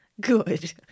Good